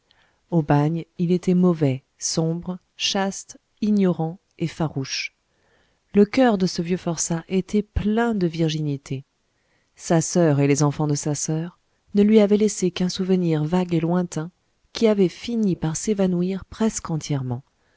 au bagne il était mauvais sombre chaste ignorant et farouche le coeur de ce vieux forçat était plein de virginités sa soeur et les enfants de sa soeur ne lui avaient laissé qu'un souvenir vague et lointain qui avait fini par s'évanouir presque entièrement